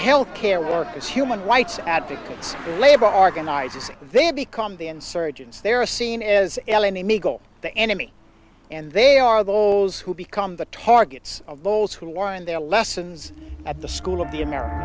health care workers human rights advocates labor organizers they have become the insurgents there are seen as eleni may go the enemy and they are those who become the targets of those who are in their lessons at the school of the america